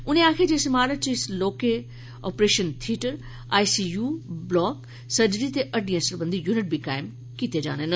उनें आखेआ जे इस इमारत च इक लौहके operation theatre I C U block surgery ते हड्डिएं सरबंधी युनिट बी कायम कीते जाने न